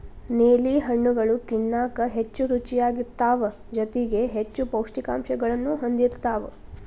ನೇಲಿ ಹಣ್ಣುಗಳು ತಿನ್ನಾಕ ಹೆಚ್ಚು ರುಚಿಯಾಗಿರ್ತಾವ ಜೊತೆಗಿ ಹೆಚ್ಚು ಪೌಷ್ಠಿಕಾಂಶಗಳನ್ನೂ ಹೊಂದಿರ್ತಾವ